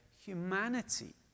humanity